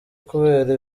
kubera